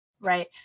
right